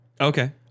Okay